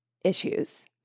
issues